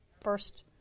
first